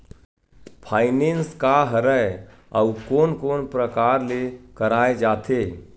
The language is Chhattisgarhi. फाइनेंस का हरय आऊ कोन कोन प्रकार ले कराये जाथे?